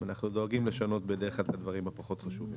אנחנו דואגים לשנות בדרך כלל את הדברים הפחות חשובים.